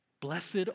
Blessed